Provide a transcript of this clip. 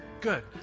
Good